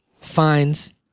fines